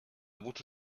avuto